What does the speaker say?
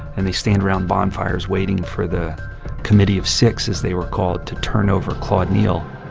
and they stand around bonfires waiting for the committee of six, as they were called, to turn over claude neal.